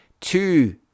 Two